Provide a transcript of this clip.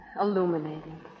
illuminating